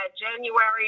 January